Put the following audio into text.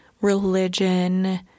religion